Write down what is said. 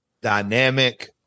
dynamic